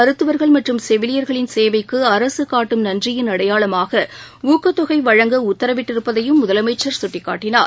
மருத்துவர்கள் மற்றும் செவிலியர்களின் சேவைக்குஅரசுகாட்டும் ஈன்றியின் மேலம் அடையாளமாகஊக்கத்தொகைவழங்க உத்தரவிட்டிருப்பதையும் முதலமைச்சர் சுட்டிக்காட்டினார்